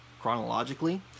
chronologically